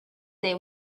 they